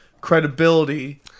credibility